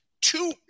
two